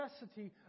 necessity